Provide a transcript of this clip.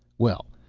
well,